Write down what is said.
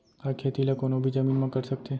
का खेती ला कोनो भी जमीन म कर सकथे?